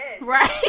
right